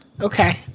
Okay